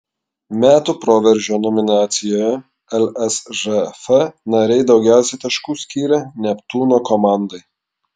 metų proveržio nominacijoje lsžf nariai daugiausiai taškų skyrė neptūno komandai